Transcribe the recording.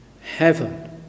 heaven